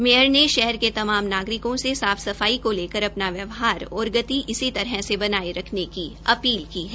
mayor ने शहर के तमाम नागरिकों से साफ सफाई को लेकर अपना व्यवहार और गति इसी तरह से बनाये रखने की अपील की है